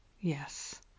Yes